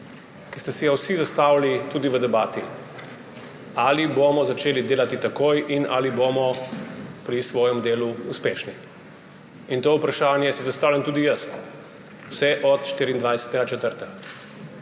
ki ste si ga vsi zastavili tudi v debati: Ali bomo začeli delati takoj in ali bomo pri svojem delu uspešni? To vprašanje si zastavljam tudi jaz vse od 24. 4.